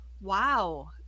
Wow